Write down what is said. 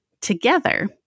together